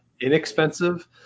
inexpensive